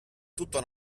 tutto